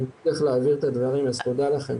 אני לא יכולה לחשוב על גבורה יותר גדולה או אומץ יותר גדול.